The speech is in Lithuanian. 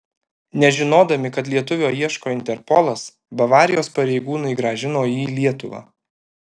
nežinodami kad lietuvio ieško interpolas bavarijos pareigūnai grąžino jį į lietuvą